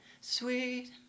sweet